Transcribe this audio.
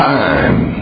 time